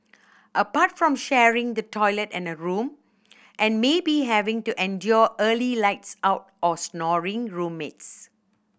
apart from sharing the toilet and a room and maybe having to endure early lights out or snoring roommates